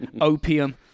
Opium